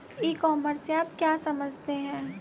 ई commerce से आप क्या समझते हैं?